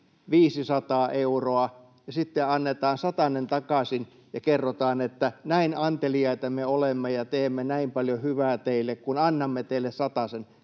500 euroa ja sitten annetaan satanen takaisin ja kerrotaan, että näin anteliaita me olemme ja teemme näin paljon hyvää teille, kun annamme teille satasen,